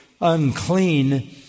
unclean